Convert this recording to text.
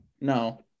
No